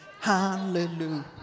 hallelujah